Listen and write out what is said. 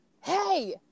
hey